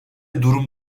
durum